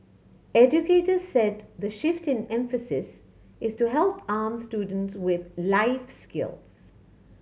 educators said the shift in emphasis is to help arm students with life skills